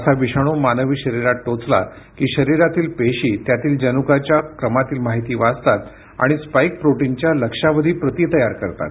असा विषाणू मानवी शरीरात टोचला की शरीरातील पेशी त्यातील जनुकाच्या क्रमातील माहिती वाचतात आणि स्पाईक प्रोटीनच्या लक्षावधी प्रती तयार करतात